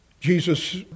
Jesus